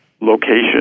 location